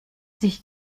sich